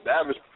average